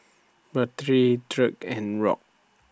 Bertie Dirk and Rock